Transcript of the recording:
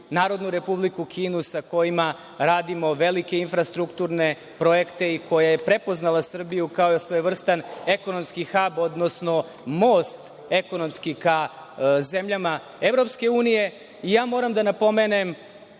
Narodnu Republiku Kinu, sa kojima radimo velike infrastrukturne projekte i koja je prepoznala Srbiju kao svojevrstan ekonomski hab, odnosno most ekonomski ka zemljama EU.Moram da napomenem